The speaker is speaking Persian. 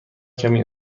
کمی